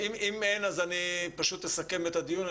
אם אין אז אני פשוט אסכם את הדיון,